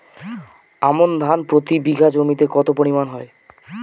আমন ধান প্রতি বিঘা জমিতে কতো পরিমাণ হয়?